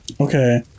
Okay